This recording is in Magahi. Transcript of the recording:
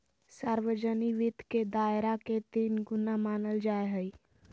सार्वजनिक वित्त के दायरा के तीन गुना मानल जाय हइ